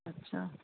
ਅੱਛਾ